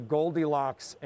Goldilocks